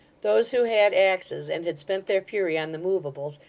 those who had axes and had spent their fury on the movables,